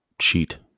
cheat